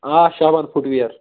آ شابان foot wear